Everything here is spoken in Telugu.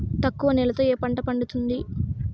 తక్కువ నీళ్లతో ఏ పంట పండుతుంది?